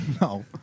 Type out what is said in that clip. No